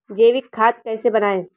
जैविक खाद कैसे बनाएँ?